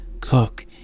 Cook